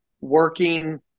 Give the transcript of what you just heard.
working